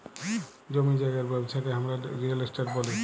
জমি জায়গার ব্যবচ্ছা কে হামরা রিয়েল এস্টেট ব্যলি